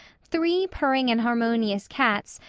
three purring and harmonious cats,